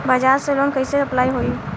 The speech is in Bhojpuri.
बज़ाज़ से लोन कइसे अप्लाई होई?